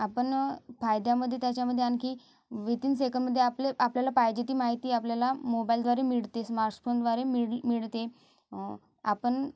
आपण फायद्यामध्ये त्याच्यामध्ये आणखी विदिन सेकंदमध्ये आपले आपल्याला पाहिजे ती माहिती आपल्याला मोबाईलद्वारे मिळतेच स्मार्टफोनद्वारे मिळ मिळते आपण